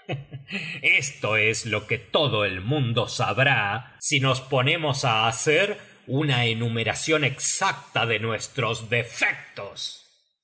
esto es lo que todo el mundo sabrá si nos ponemos á hacer una enumeracion exacta de nuestros defectos